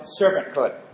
servanthood